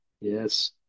Yes